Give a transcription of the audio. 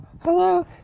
Hello